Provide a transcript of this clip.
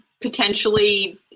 potentially